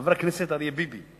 חבר הכנסת אריה ביבי,